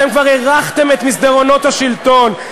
אתם כבר הרחתם את מסדרונות השלטון,